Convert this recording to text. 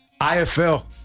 IFL